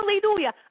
Hallelujah